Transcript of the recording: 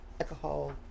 alcohol